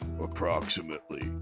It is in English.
approximately